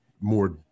more